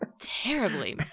Terribly